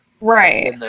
Right